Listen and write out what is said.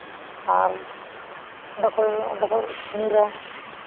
ᱟᱨ ᱚᱸᱰᱮ ᱠᱷᱚᱡ ᱚᱸᱰᱮ ᱠᱷᱚᱡ ᱧᱤᱨᱟ